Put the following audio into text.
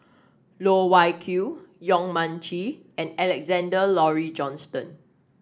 Loh Wai Kiew Yong Mun Chee and Alexander Laurie Johnston